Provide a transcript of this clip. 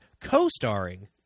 co-starring